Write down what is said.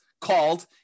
called